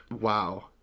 Wow